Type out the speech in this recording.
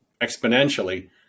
exponentially